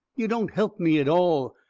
you don't help me at all.